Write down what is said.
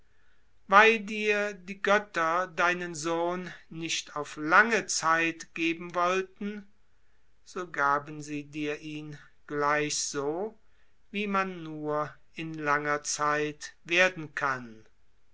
weil dir die götter deinen sohn nicht auf lange zeit geben wollten so gaben sie dir ihn gleich so wie man in langer zeit werden kann